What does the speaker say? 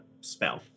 spell